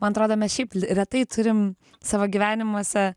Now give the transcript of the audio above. man atrodo mes šiaip li retai turim savo gyvenimuose